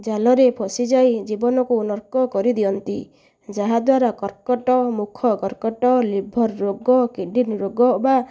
ଇତ୍ୟାଦିର ଜାଲରେ ଫସି ଯାଇ ଜୀବନକୁ ନର୍କ କରିଦିଅନ୍ତି ଯାହା ଦ୍ୱାରା କର୍କଟ ମୂଖ କର୍କଟ ଲିଭର ରୋଗ କିଡ଼ନୀ ରୋଗ ବା